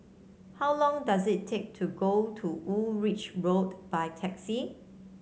how long does it take to go to Woolwich Road by taxi